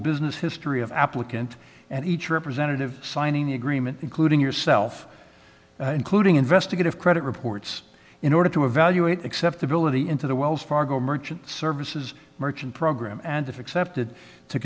business history of applicant and each representative signing the agreement including yourself included investigative credit reports in order to evaluate acceptability into the wells fargo merchant services merchant program and if accepted to